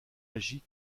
agit